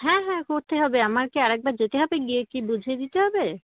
হ্যাঁ হ্যাঁ কুর্তি হবে আমার কি আরেকবার যেতে হবে গিয়ে কি বুঝিয়ে দিতে হবে